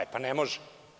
E, pa ne može.